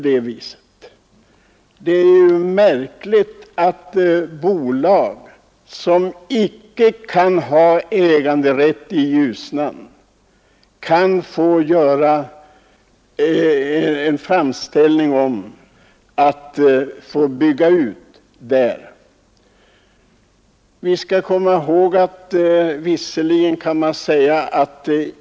Det är märkligt att bolag, som icke kan ha äganderätt i Ljusnan, kan få göra framställningar om att få bygga ut där.